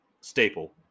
staple